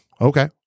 okay